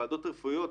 ועדות רפואיות,